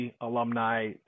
alumni